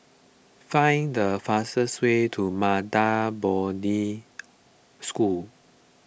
find the fastest way to Maha Bodhi School